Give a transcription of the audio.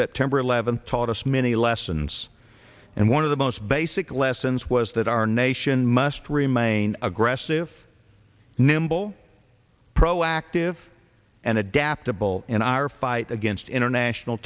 september eleventh taught us many lessons and one of the most basic lessons was that our nation must remain aggressive nimble proactive and adaptable in our fight against international